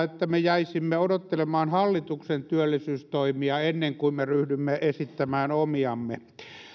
että jäisimme odottelemaan hallituksen työllisyystoimia ennen kuin me ryhdymme esittämään omiamme